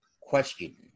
Question